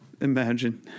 Imagine